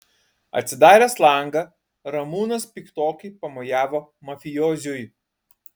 atsidaręs langą ramūnas piktokai pamojavo mafijoziui